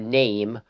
name